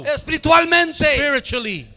spiritually